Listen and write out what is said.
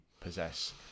possess